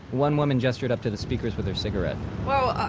one woman gestured up to the speakers with her cigarette well,